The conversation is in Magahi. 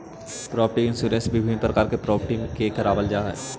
प्रॉपर्टी इंश्योरेंस विभिन्न प्रकार के प्रॉपर्टी के करवावल जाऽ हई